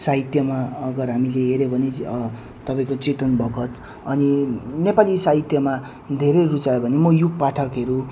साहित्यमा अगर हामीले हेऱ्यो भने तपाईँको चेतन भगत अनि नेपाली साहित्यमा धेरै रुचायो भने म युग पाठकहरू